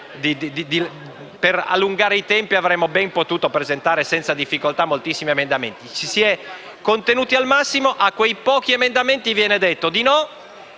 per allungare i tempi, avremmo ben potuto presentare, senza difficoltà, moltissimi emendamenti. Ci si è contenuti al massimo, ma a quei pochi emendamenti viene detto di no,